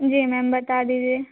जी ma'am बता दीजिए